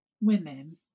women